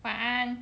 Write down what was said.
fun